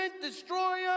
destroyer